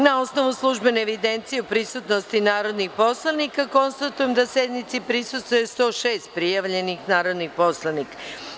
Na osnovu službene evidencije o prisutnosti narodnih poslanika, konstatujem da sednici prisustvuje 106 prijavljenih narodnih poslanika.